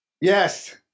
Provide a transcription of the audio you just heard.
Yes